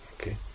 Okay